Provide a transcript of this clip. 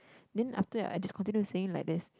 then after that I just continue saying like this